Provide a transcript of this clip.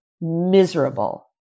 miserable